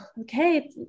okay